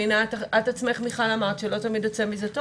והנה, את עצמך, מיכל, אמרת שלא תמיד יוצא מזה טוב.